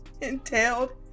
entailed